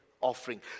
offering